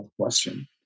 question